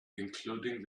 including